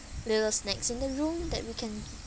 little snacks in the room that we can